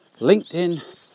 LinkedIn